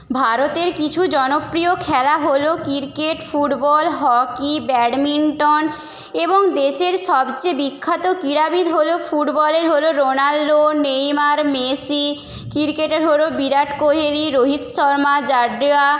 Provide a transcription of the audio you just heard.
ভারতের কিছু জনপ্রিয় খেলা হলো ক্রিকেট ফুটবল হকি ব্যাডমিন্টন এবং দেশের সবচেয়ে বিখ্যাত ক্রীড়াবিদ হলো ফুটবলের হলো রোনাল্ডো নেইমার মেসি ক্রিকেটের হলো বিরাট কোহলি রোহিত শর্মা জাডেজা